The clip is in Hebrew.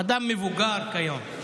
אדם מבוגר כיום: